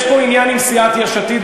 יש פה עניין עם סיעת יש עתיד.